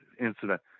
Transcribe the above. incident